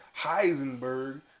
Heisenberg